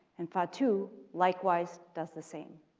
and fatu likewise does the same.